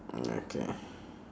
okay